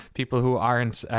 people who aren't,